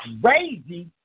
crazy